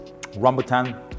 rambutan